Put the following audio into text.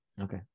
okay